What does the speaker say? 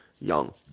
young